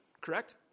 correct